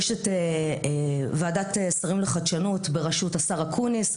יש ועדת שרים לחדשנות בראשות השר אקוניס,